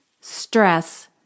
Stress